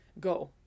Go